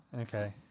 Okay